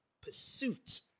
pursuit